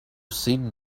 sit